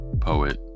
poet